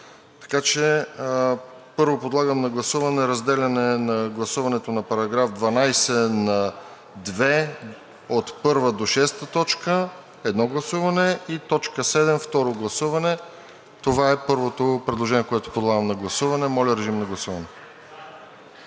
сега. Първо подлагам на гласуване разделяне на гласуването на § 12 на две – от т. 1 до т. 6 – едно гласуване, и т. 7 – второ гласуване. Това е първото предложение, което подлагам на гласуване. Моля, режим на гласуване.